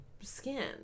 skin